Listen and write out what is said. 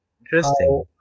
interesting